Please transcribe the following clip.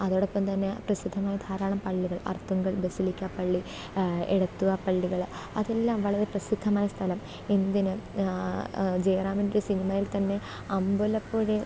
അതോടൊപ്പം തന്നെ പ്രസിദ്ധമായ ധാരാളം പള്ളികൾ അർത്തുങ്കൽ ബസലിക്ക പള്ളി എടത്വ പള്ളികൾ അതെല്ലാം വളരെ പ്രസിദ്ധമായ സ്ഥലം എന്തിന് ജയറാമിൻ്റെ സിനിമയിൽ തന്നെ അമ്പലപ്പുഴ